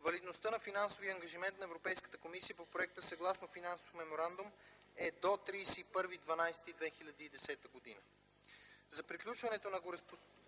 Валидността на финансовия ангажимент на Европейската комисия по проекта, съгласно Финансовия меморандум е до 31 декември 2010 г. За приключването на